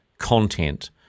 content